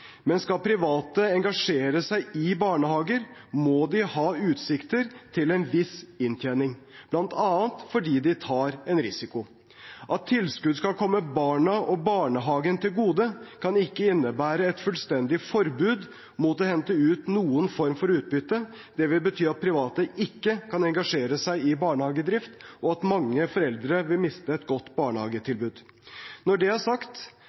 Men skal private engasjere seg i barnehager, må de ha utsikter til en viss inntjening, bl.a. fordi de tar en risiko. At tilskudd skal komme barna og barnehagen til gode, kan ikke innebære et fullstendig forbud mot å hente ut noen form for utbytte. Det vil bety at private ikke kan engasjere seg i barnehagedrift, og at mange foreldre vil miste et godt barnehagetilbud. Når det er sagt: